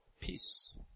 peace